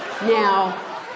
Now